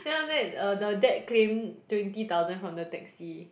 then after that uh the dad claim twenty thousand from the taxi